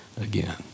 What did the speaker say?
again